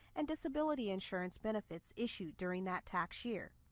and disability insurance benefits issued during that tax year.